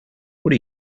what